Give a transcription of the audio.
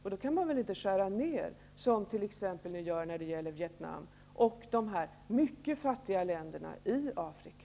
Då går det väl inte att skära ned biståndet, som ni vill göra när det gäller Vietnam och de mycket fattiga länderna i Afrika?